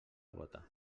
bóta